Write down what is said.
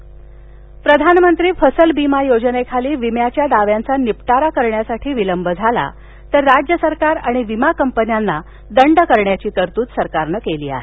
फसल प्रधान मंत्री फसल बीमा योजनेखाली विम्याच्या दाव्यांचा निपटारा करण्यास विलंब झाला तर राज्य सरकार आणि विमा कंपन्यांना दंड करण्याची तरतूद सरकारनं केली आहे